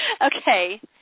Okay